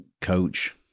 coach